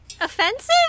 offensive